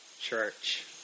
church